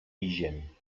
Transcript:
vigent